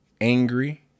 angry